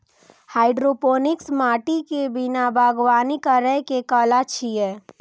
hydroponics माटि के बिना बागवानी करै के कला छियै